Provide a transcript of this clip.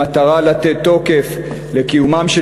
משמשת מסווה במטרה לתת תוקף לקיומם של